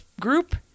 group